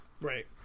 Right